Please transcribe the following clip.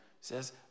says